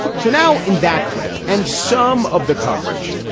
so now in that clip and some of the coverage,